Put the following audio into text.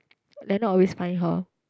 leonard always find her